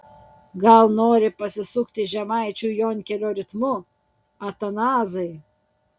gal nori pasisukti žemaičių jonkelio ritmu atanazai